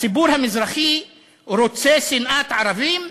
הציבור המזרחי רוצה שנאת ערבים,